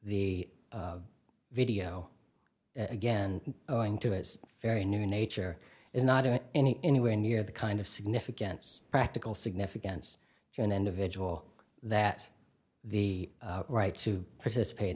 the video again owing to its very new nature is not in any anywhere near the kind of significance practical significance to an individual that the right to participate